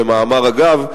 במאמר אגב,